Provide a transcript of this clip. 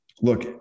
look